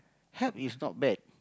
help is not bad